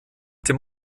dem